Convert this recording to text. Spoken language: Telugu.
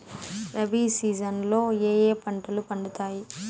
రబి సీజన్ లో ఏ ఏ పంటలు పండుతాయి